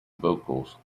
vocals